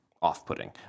off-putting